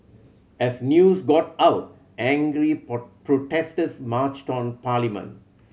as news got out angry protesters marched on parliament